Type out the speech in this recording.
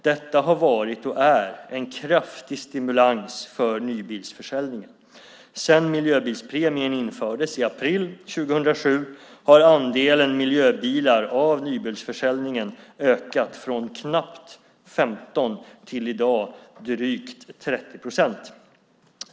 Detta har varit och är en kraftig stimulans för nybilsförsäljningen. Sedan miljöbilspremien infördes i april 2007 har andelen miljöbilar av nybilsförsäljningen ökat från knappt 15 procent till i dag drygt 30 procent.